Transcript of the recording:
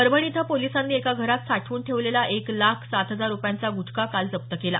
परभणी इथं पोलिसांनी एका घरात साठवून ठेवलेला एक लाख सात हजार रुपयांचा ग्टखा काल जप्त केला